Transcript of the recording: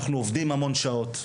אנחנו עובדים המון שעות,